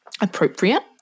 appropriate